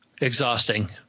exhausting